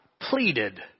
pleaded